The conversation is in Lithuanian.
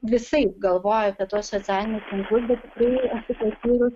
visaip galvoju apie tuos socialinius tinklus bet tikrai esu pasirinkus